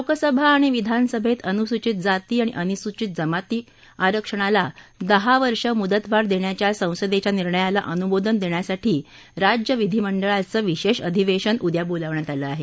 लोकसभा आणि विधानसभेत अनुसूचित जाती आणि अनुसूचित जमाती आरक्षणाला दहा वर्ष मुदतवाढ देण्याच्या संसदेच्या निर्णयाला अनुमोदन देण्यासाठी राज्य विधीमंडळाचं विशेष अधिवेशन उद्या बोलावण्यात आलं आहे